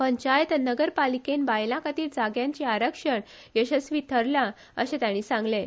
पंचायत आनी नगरपालिकेंत बायलां खातीर जाग्यांचें आरक्षण येसस्वी थारलां अशें तांणी सांगलें